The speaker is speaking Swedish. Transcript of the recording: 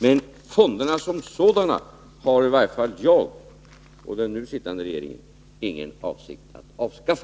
Men fonderna som sådana har i varje fall jag och den nu sittande regeringen ingen avsikt att avskaffa.